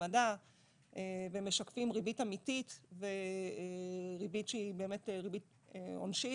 והצמדה והם משקפים ריבית אמיתית וריבית שהיא באמת ריבית עונשית,